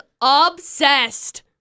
obsessed